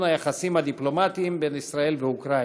היחסים הדיפלומטיים בין ישראל ואוקראינה.